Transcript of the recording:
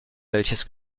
welches